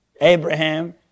Abraham